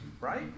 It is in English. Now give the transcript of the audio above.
right